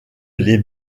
les